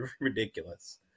ridiculous